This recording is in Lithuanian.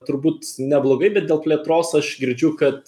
turbūt neblogai bet dėl plėtros aš girdžiu kad